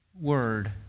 word